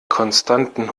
konstanten